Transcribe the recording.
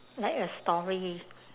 like a story